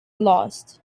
lost